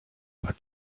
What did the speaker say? but